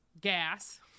gas